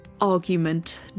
argument